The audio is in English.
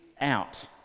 out